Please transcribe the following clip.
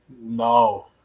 No